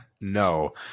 no